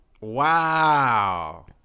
Wow